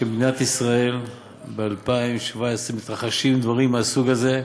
שבמדינת ישראל ב-2017 מתרחשים דברים מהסוג הזה.